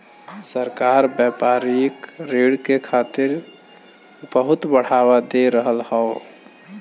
सरकार व्यापारिक ऋण के खातिर बहुत बढ़ावा दे रहल हौ